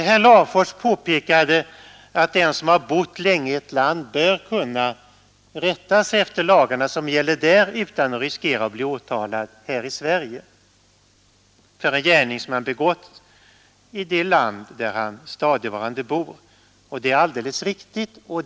Herr Larfors påpekade att den som bott länge i ett land bör kunna rätta sig efter de lagar som där gäller och inte riskera att bli åtalad här i Sverige och enligt svensk lag för en gärning som han begått i det land där han stadigvarande bor. Det är vi väl alla överens om.